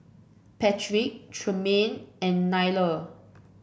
Patric Tremaine and Nyla